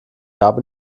habe